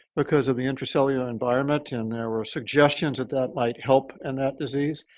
because of the intracellular environment and there were suggestions that that might help in that disease.